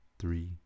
Three